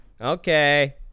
okay